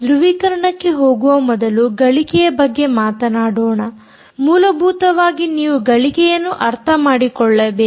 ಧೃವೀಕರಣಕ್ಕೆ ಹೋಗುವ ಮೊದಲು ಗಳಿಕೆಯ ಬಗ್ಗೆ ಮಾತನಾಡೋಣ ಮೂಲಭೂತವಾಗಿ ನೀವು ಗಳಿಕೆಯನ್ನು ಅರ್ಥ ಮಾಡಿಕೊಳ್ಳಬೇಕು